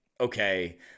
okay